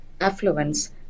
affluence